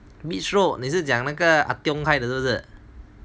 beach road 你是讲那个 ah tiong 开的是不是